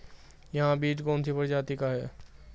यह बीज कौन सी प्रजाति का है?